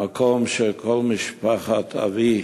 ששם כל משפחת אבי